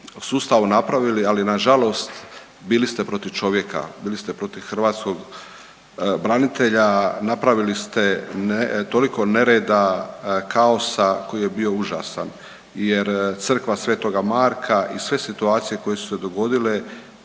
sustavu napravili ali nažalost bili ste protiv čovjeka, bili ste protiv hrvatskog branitelja. Napravili ste toliko nereda, kaosa koji je bio užasan jer Crkva Sv. Marka i sve situacije koje su se dogodile